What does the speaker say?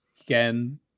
Again